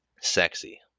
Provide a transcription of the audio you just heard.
Sexy